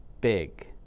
big